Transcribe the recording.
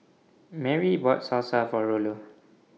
Merri bought Salsa For Rollo